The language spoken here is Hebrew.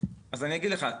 אני אגיד לך.